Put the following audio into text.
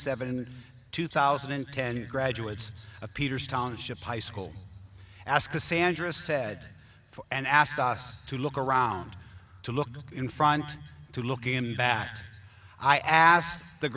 seven two thousand and ten graduates of peters township high school ask a sandra said and asked us to look around to look in front to look him back i asked the